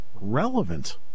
relevant